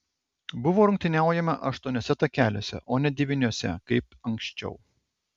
buvo rungtyniaujama aštuoniuose takeliuose o ne devyniuose kaip anksčiau